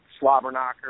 Slobberknocker